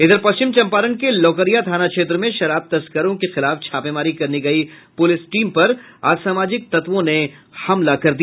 इधर पश्चिम चंपारण के लौकरिया थाना क्षेत्र में शराब तस्करों के खिलाफ छापेमारी करने गयी पुलिस टीम पर असामाजिक तत्वों ने हमला कर दिया